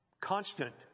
constant